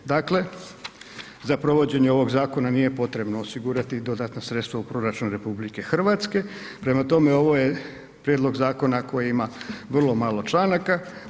Dakle, za provođenje ovog zakona nije potrebno osigurati dodatna sredstva u proračun RH, prema tome, ovo je prijedlog zakona koji ima vrlo malo članaka.